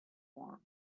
warm